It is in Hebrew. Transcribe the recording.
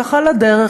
ככה על הדרך,